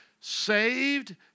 saved